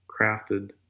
crafted